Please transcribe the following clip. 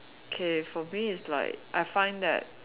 okay for me is like I find that